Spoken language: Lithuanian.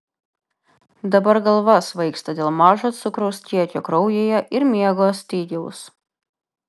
dabar galva svaigsta dėl mažo cukraus kiekio kraujyje ir miego stygiaus